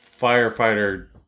firefighter